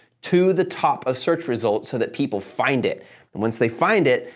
to the top of search results so that people find it. but once they find it,